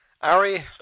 Ari